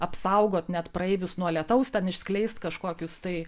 apsaugoti net praeivius nuo lietaus ten išskleist kažkokius tai